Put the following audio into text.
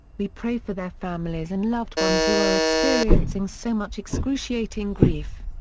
we pray for their families and loved ones who are experiencing so much excruciating grief.